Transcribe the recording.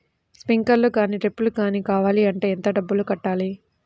Sprinkler కానీ డ్రిప్లు కాని కావాలి అంటే ఎంత డబ్బులు కట్టాలి?